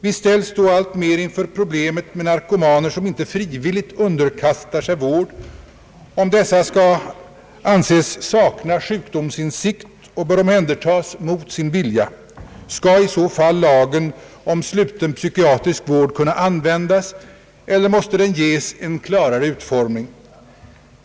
Vi ställs då alltmer inför problemet med narkomaner som inte frivilligt underkastar sig vård. Skall dessa anses sakna sjukdomsinsikt och omhändertas mot sin vilja? Skall i så fall lagen om sluten psykiatrisk vård kunna användas, eller måste den ges en klarare utformning?